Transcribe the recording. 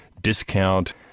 discount